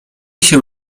się